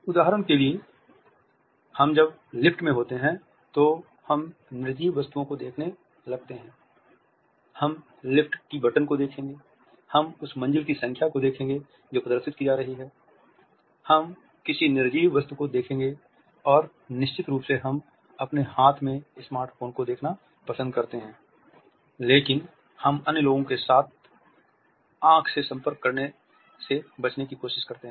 उदाहरण के लिए हम जब लिफ्ट में होते है तो हम निर्जीव वस्तुओं को देखने लगते हैं हम लिफ्ट बटन को देखेंगे हम उस मंजिल की संख्या को देखेंगे जो प्रदर्शित की जा रही है हम किसी निर्जीव वस्तु को देखेंगे और निश्चित रूप से हम अपने हाथ में स्मार्ट फोन को देखना पसंद करते हैं लेकिन हम अन्य लोगों के साथ आंख से संपर्क करने से बचने की कोशिश करते हैं